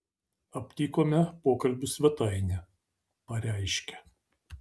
aptikome pokalbių svetainę pareiškė